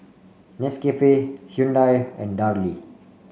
Nescafe Hyundai and Darlie